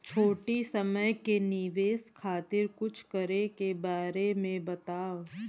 छोटी समय के निवेश खातिर कुछ करे के बारे मे बताव?